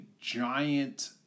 giant